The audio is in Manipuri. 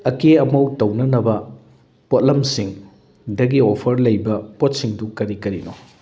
ꯑꯀꯦ ꯑꯃꯧ ꯇꯧꯅꯅꯕ ꯄꯣꯠꯂꯝꯁꯤꯡ ꯗꯒꯤ ꯑꯣꯐꯔ ꯂꯩꯕ ꯄꯣꯠꯁꯤꯡꯗꯨ ꯀꯔꯤ ꯀꯔꯤꯅꯣ